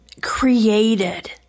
created